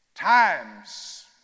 Times